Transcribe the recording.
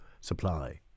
supply